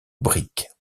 brique